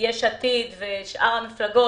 מיש עתיד ושאר המפלגות,